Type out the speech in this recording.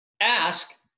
ask